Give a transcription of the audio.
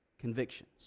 convictions